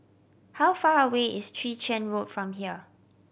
how far away is Chwee Chian Road from here